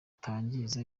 butangiza